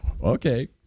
Okay